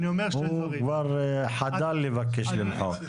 הוא כבר חדל לבקש למחוק.